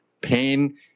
Pain